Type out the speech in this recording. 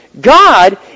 God